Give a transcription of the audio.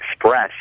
express